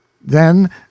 Then